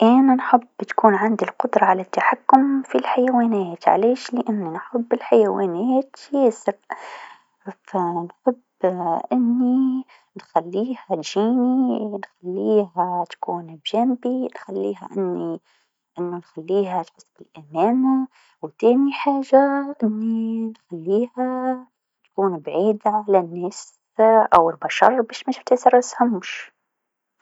أنا نحب تكون عندي القدره على التحكم في الحيوانات علاش لأني نحب الحيوانات ياسر نحب أني نخليها تجيني نخليها تكون بجنبي نخليها أني أنو نخليها تحس بالأمان و ثاني حاجه أني نخليها تكون بعيده على الناس أو البشر باش متفتسرسهمش.